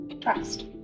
Trust